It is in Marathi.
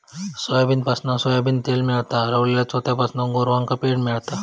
सोयाबीनपासना सोयाबीन तेल मेळता, रवलल्या चोथ्यापासना गोरवांका पेंड मेळता